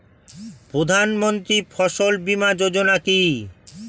প্রধানমন্ত্রী ফসল বীমা যোজনা কি?